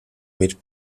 mit